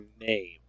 name